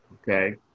okay